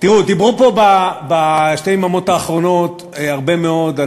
דיברו פה בשתי היממות האחרונות הרבה מאוד על